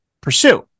pursue